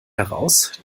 heraus